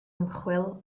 ymchwil